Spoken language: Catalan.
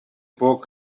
poc